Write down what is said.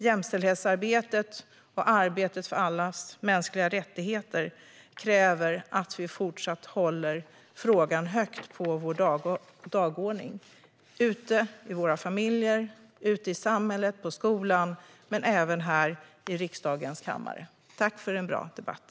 Jämställdhetsarbetet och arbetet för allas mänskliga rättigheter kräver att vi fortsätter att hålla frågan högt på vår dagordning i våra familjer, ute i samhället, i skolor och i riksdagens kammare. Tack för en bra debatt!